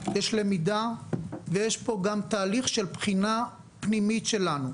יש למידה ויש פה גם תהליך של בחינה פנימית שלנו.